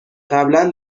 قبلا